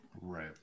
Right